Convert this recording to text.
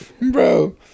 Bro